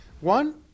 One